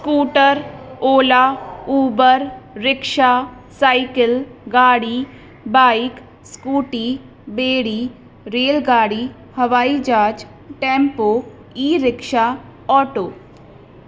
scooter Ola Uber rickshaw cycle गाड़ी bike scooty ॿेड़ी रेलगाड़ी हवाई जहाज टैम्पो ई रिक्शा ऑटो